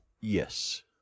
Yes